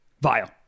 vile